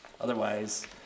otherwise